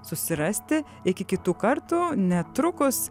susirasti iki kitų kartų netrukus